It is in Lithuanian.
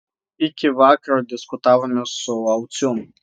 iki vakaro diskutavome su laucium